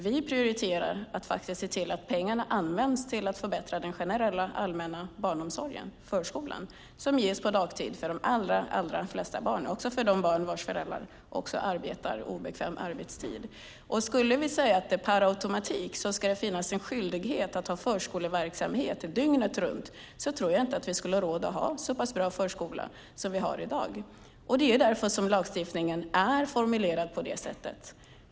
Vi prioriterar att se till att pengarna används till att förbättra den generella allmänna barnomsorgen, förskolan, som erbjuds på dagtid för de allra flesta barn, också för de barn vars föräldrar arbetar på obekväm arbetstid. Skulle vi säga att det per automatik ska finnas en skyldighet att ha förskoleverksamhet dygnet runt tror jag inte att vi skulle ha råd att ha en så pass bra förskola som vi har i dag. Det är därför som lagstiftningen är formulerad på det här sättet.